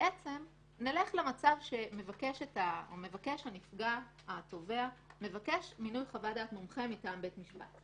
נלך למצב שבו מבקש התובע מינוי חוות דעת מומחה מטעם בית משפט.